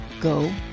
Go